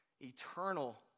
eternal